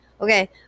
Okay